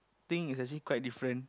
thing is actually quite different